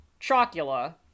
Chocula